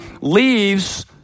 leaves